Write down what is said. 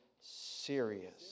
serious